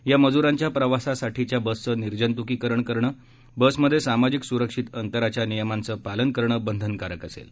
या मज्रांच्या प्रवासाठीच्या बसचं निर्जत्कीकरण करणं बसमध्ये सामाजिक स्रक्षित अंतराच्या नियमांचं पालन करणं बंधनकारक असेल